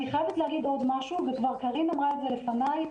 אני חייבת להגיד עוד משהו וכבר קארין אמרה את זה לפניי.